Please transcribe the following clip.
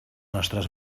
nostres